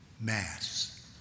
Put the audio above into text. Mass